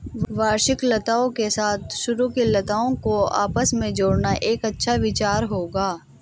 वार्षिक लताओं के साथ सरू की लताओं को आपस में जोड़ना एक अच्छा विचार होगा